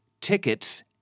tickets